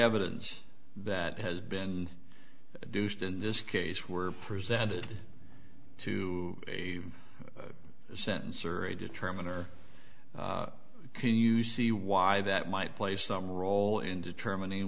evidence that has been deuced in this case were presented to a sentence or a determiner can you see why that might play some role in determining